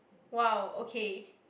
!wow! okay